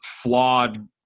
flawed